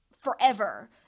forever